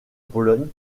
pologne